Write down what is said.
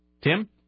Tim